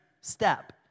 step